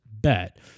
bet